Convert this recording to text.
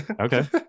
okay